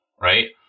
Right